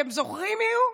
אתם זוכרים מיהו?